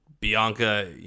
Bianca